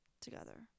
together